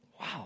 Wow